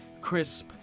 crisp